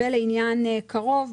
ולעניין קרוב,